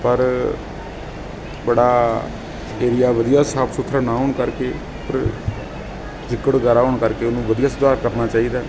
ਪਰ ਬੜਾ ਏਰੀਆ ਵਧੀਆ ਸਾਫ਼ ਸੁਥਰਾ ਨਾ ਹੋਣ ਕਰਕੇ ਪਰ ਚਿੱਕੜ ਗਾਰਾ ਹੋਣ ਕਰਕੇ ਉਹਨੂੰ ਵਧੀਆ ਸੁਧਾਰ ਕਰਨਾ ਚਾਹੀਦਾ